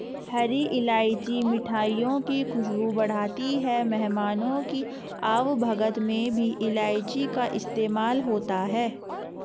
हरी इलायची मिठाइयों की खुशबू बढ़ाती है मेहमानों की आवभगत में भी इलायची का इस्तेमाल होता है